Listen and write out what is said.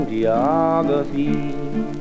Geography